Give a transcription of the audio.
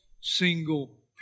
single